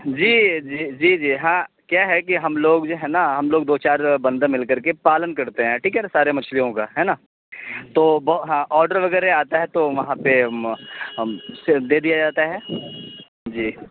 جی جی جی جی ہاں کیا ہے کہ ہم لوگ جو ہے نا ہم لوگ دو چار بندے مل کر کے پالن کرتے ہیں ٹھیک ہے نا سارے مچھلیوں کا ہے نا تو ہاں آڈر وغیرہ آتا ہے تو وہاں پہ پھر دے دیا جاتا ہے جی